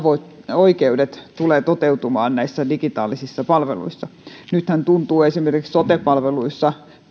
oikeudet tulevat toteutumaan näissä digitaalisissa palveluissa nythän tuntuu esimerkiksi sote palveluissa